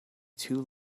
two